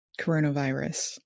coronavirus